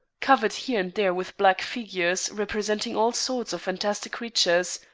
covered here and there with black figures representing all sorts of fantastic creatures,